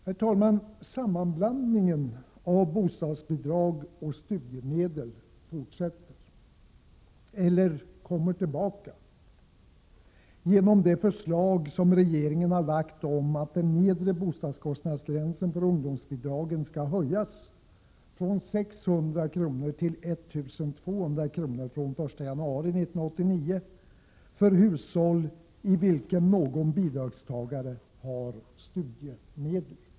Herr talman! Sammanblandningen av bostadsbidrag och studiemedel fortsätter eller kommer tillbaka genom det förslag som regeringen har framlagt om en höjning av den nedre bostadskostnadsgränsen för ungdomsbostadsbidragen från 600 kr. till 1 200 kr. från 1 januari 1989 för hushåll i vilket någon bidragstagare uppbär studiemedel.